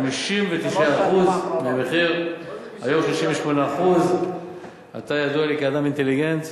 היום 68%. אתה ידוע לי כאדם אינטליגנט,